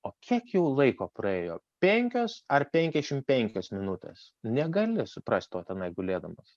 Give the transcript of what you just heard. o kiek jau laiko praėjo penkios ar penkiasdešimt penkios minutės negali suprast to tenai gulėdamas